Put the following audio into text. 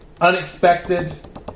Unexpected